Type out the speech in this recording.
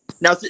Now